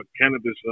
cannabis